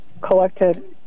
collected